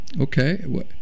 okay